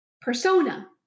persona